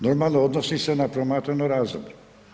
Normalno, odnosi se na promatrano razdoblje.